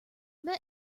met